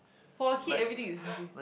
for a kid everything is expensive